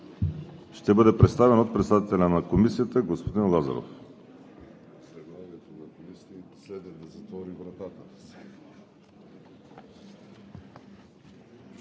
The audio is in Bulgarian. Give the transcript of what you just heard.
ще бъде представен от председателя на Комисията господин Лазаров.